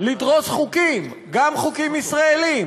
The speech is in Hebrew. לדרוס חוקים, גם חוקים ישראליים,